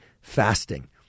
fasting